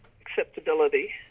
acceptability